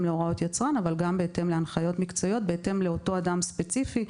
להוראות יצרן אבל גם בהתאם להנחיות מקצועיות בהתאם לאותו אדם ספציפי,